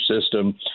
system